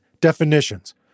definitions